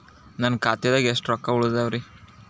ನನ್ನ ಖಾತೆದಾಗ ಎಷ್ಟ ರೊಕ್ಕಾ ಉಳದಾವ್ರಿ?